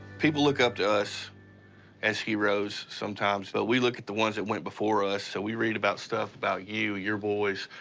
people look up to us as heroes sometimes, but so we look at the ones that went before us. so, we read about stuff about you, your boys.